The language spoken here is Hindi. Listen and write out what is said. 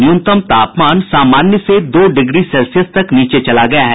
न्यूनतम तापमान सामान्य से दो डिग्री सेल्सियस तक नीचे चला गया है